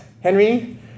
Henry